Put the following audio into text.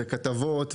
כתבות,